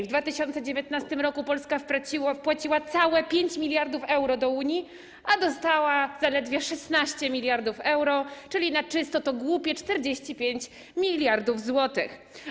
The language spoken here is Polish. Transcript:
W 2019 r. Polska wpłaciła całe 5 mld euro do Unii, a dostała zaledwie 16 mld euro, czyli na czysto to głupie 45 mld zł.